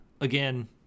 Again